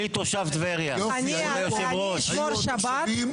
גוטליב אמרה שהם יגיעו ליאח"ה לחקירה כולם,